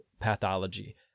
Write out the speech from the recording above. pathology